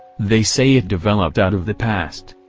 they say it developed out of the past.